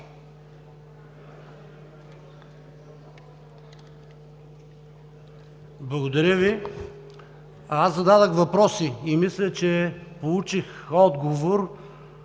Благодаря Ви. Аз зададох въпроси и мисля, че получих отговор,